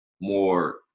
more